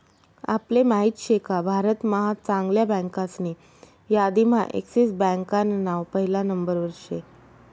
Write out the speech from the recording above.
आपले माहित शेका भारत महा चांगल्या बँकासनी यादीम्हा एक्सिस बँकान नाव पहिला नंबरवर शे